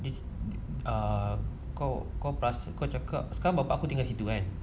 this err kau perasan kau cakap sekarang bapa aku tinggal situ kan